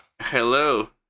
hello